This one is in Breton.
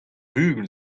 bugel